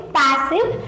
passive